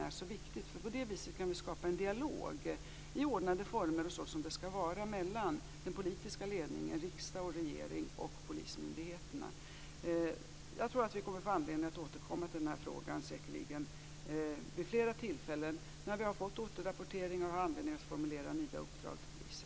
På det sättet kan vi nämligen skapa en dialog i ordnade former på det sätt som det skall vara mellan den politiska ledningen, riksdag och regering, och polismyndigheterna. Vi kommer säkerligen att få anledning att återkomma till den här frågan vid flera tillfällen när vi har fått återrapportering och har anledning att formulera nya uppdrag till polisen.